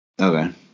Okay